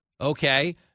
Okay